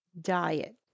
Diet